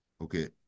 Okay